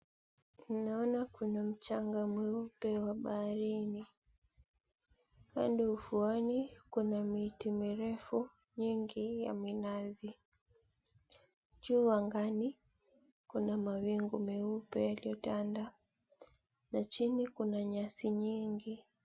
Naona kuna mchanga mweupe wa baharini. Ufuoni kuna miti mirefu mengi ya minazi. Juu angani kuna mawingu meupe yaliotanda na chini kuna nyasi nyingi.